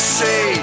say